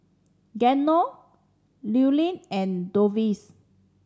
Geno Llewellyn and Dovie